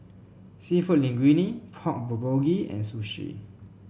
seafood Linguine Pork Bulgogi and Sushi